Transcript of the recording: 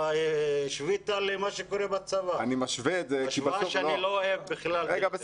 השווית למה שקורה בצבא ואני לא אוהב את זה.